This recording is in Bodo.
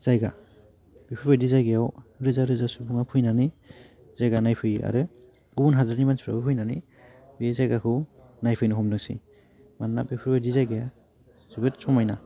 जायगा बेफोरबायदि जायगायाव रोजा रोजा सुबुङा फैनानै जायगा नायफैयो आरो गुबुन हादोरनि मानसिफ्राबो फैनानै बे जायगाखौ नायफैनो हमदोंसै मानोना बेफोरबायदि जायगाया जोबोद समायना